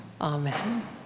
Amen